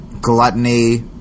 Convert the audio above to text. gluttony